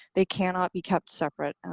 they cannot be kept separate, and